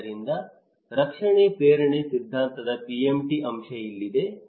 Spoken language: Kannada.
ಆದ್ದರಿಂದ ರಕ್ಷಣೆ ಪ್ರೇರಣೆ ಸಿದ್ಧಾಂತದ PMT ಅಂಶ ಇಲ್ಲಿದೆ